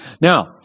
Now